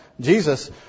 Jesus